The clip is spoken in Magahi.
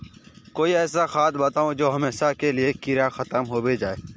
कोई ऐसा खाद बताउ जो हमेशा के लिए कीड़ा खतम होबे जाए?